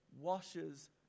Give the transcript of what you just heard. washes